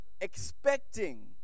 expecting